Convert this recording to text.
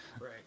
Right